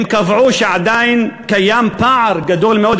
הם קבעו שעדיין קיים פער גדול מאוד,